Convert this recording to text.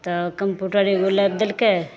तऽ कम्पूटर एगो लाबि देलकै